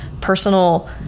personal